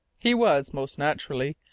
he was, most naturally,